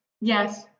Yes